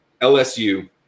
LSU